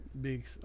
Big